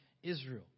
Israel